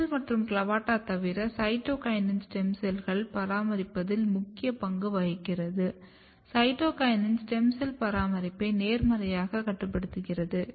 WUSCHEL மற்றும் CLAVATA தவிர சைட்டோக்கினினும் ஸ்டெம் செல்களை பராமரிப்பதில் முக்கிய பங்கு வகிக்கிறது சைட்டோகினின் ஸ்டெம் செல் பராமரிப்பை நேர்மறையான செயப்படுத்துகிறது